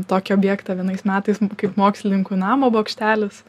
tokį objektą vienais metais kaip mokslininkų namo bokštelis